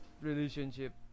relationship